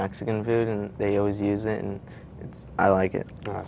mexican food and they always use it and i like